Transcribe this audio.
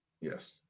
Yes